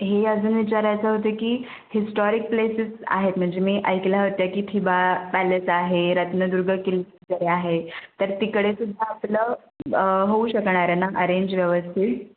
हे अजून विचारायचं होतं की हिस्टॉरिक प्लेसीस आहेत म्हणजे मी ऐकल्या होत्या की थिबा पॅलेस आहे रत्नदुर्ग किल्ले आहे तर तिकडेसुद्धा आपलं होऊ शकणार ना अरेंज व्यवस्थित